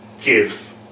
give